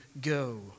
go